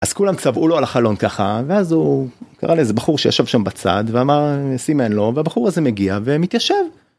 אז כולם צבעו לו על החלון ככה, ואז הוא קרא לאיזה בחור שישב שם בצד ואמר... סימן לו, והבחור הזה מגיע ומתיישב...